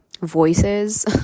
voices